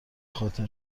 خاطر